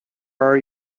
our